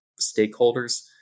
stakeholders